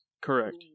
Correct